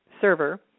server